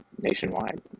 nationwide